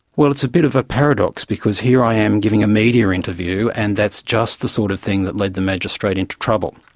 well, it's a bit of a paradox, because here i am giving a media interview and that's just the sort of thing that led the magistrate into trouble.